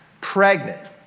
pregnant